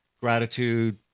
gratitude